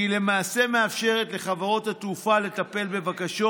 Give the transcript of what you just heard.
היא למעשה מאפשרת לחברות התעופה לטפל בבקשות